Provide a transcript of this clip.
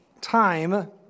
time